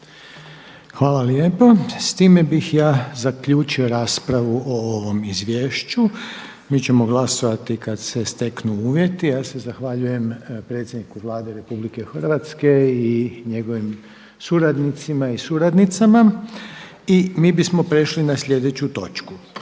Hvala lijepa. S time bih ja zaključio raspravu o ovome izvješću. Mi ćemo glasovati kada se steknu uvjeti. Ja se zahvaljujem predsjedniku Vlade Republike Hrvatske i njegovim suradnicima i suradnicama. **Petrov, Božo